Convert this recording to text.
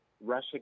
Russia